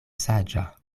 saĝa